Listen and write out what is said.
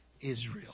Israel